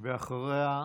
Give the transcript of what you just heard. אחריה,